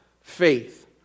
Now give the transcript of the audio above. faith